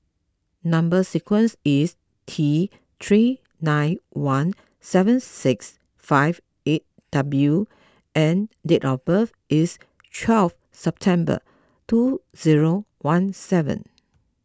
Number Sequence is T three nine one seven six five eight W and date of birth is twelve September two zero one seven